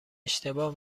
اشتباه